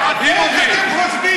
לא חשבתם?